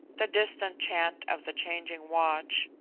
the distant chant of the changing watch,